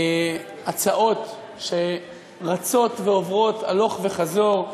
הצעות שרצות ועוברות הלוך וחזור,